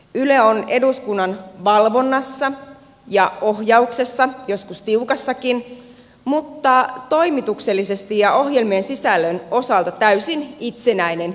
yle on eduskunnan valvonnassa ja ohjauksessa joskus tiukassakin mutta toimituksellisesti ja ohjelmien sisällön osalta täysin itsenäinen yhtiö